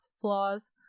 flaws